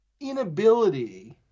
inability